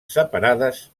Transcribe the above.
separades